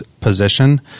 position